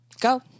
Go